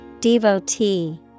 Devotee